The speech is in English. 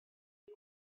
now